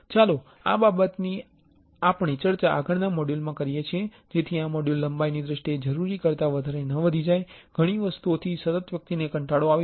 અને ચાલો આ બાબતની વાત આગળના મોડ્યુલ માં કરીએ જેથી આ મોડ્યુલ ને લંબાઈની દ્રષ્ટિએ જરૂરી કરતાં વધારે ન વધારવી ઘણી વસ્તુઓ થી સતત વ્યક્તિને કંટાળો આવી જાય છે